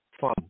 Fun